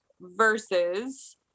versus